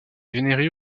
vénéré